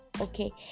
Okay